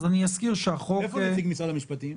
אז אני אזכיר שהחוק --- איפה נציג משרד המשפטים?